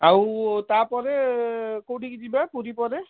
ଆଉ ତାପରେ କେଉଁଠିକୁ ଯିବା ପୁରୀ ପରେ